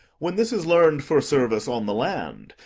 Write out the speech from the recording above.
when this is learn'd for service on the land,